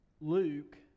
Luke